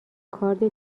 کارد